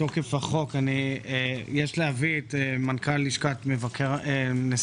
מתוקף החוק יש להביא את מנכ"ל לשכת נשיא